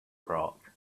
rock